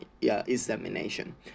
examination